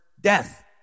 death